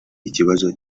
ikibazo